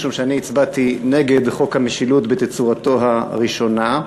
משום שאני הצבעתי נגד חוק המשילות בתצורתו הראשונה,